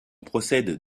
procède